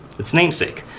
its namesake.